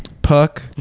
Puck